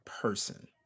person